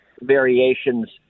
variations